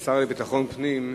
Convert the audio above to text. יענה השר לביטחון פנים.